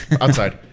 Outside